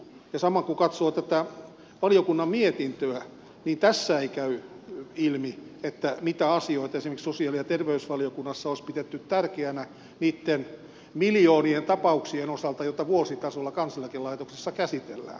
samoin kun katsoo tätä valiokunnan mietintöä tästä ei käy ilmi mitä asioita esimerkiksi sosiaali ja terveysvaliokunnassa olisi pidetty tärkeinä niitten miljoonien tapauksien osalta joita vuositasolla kansaneläkelaitoksessa käsitellään